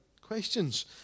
questions